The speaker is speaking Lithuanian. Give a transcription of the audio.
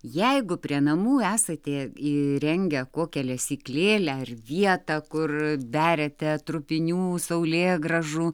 jeigu prie namų esatė įrengę kokią lesyklėlę ar vietą kur beriate trupinių saulėgrąžų